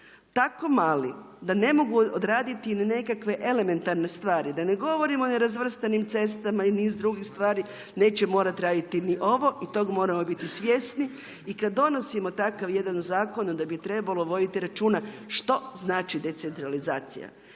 tako mali da ne mogu odraditi ni nekakve elementarne stvari, da ne govorim o nerazvrstanim cestama i niz drugih stvari, neće morati raditi ni ovo i tog moramo biti svjesni. I kad donosimo takav jedan zakon, onda bi trebalo voditi računa što znači decentralizacija.